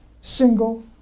single